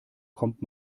kommt